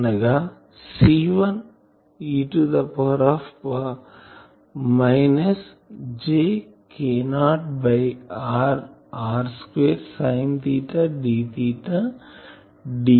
అనగా C1 e power minus jkoబై r r2 sine d ddr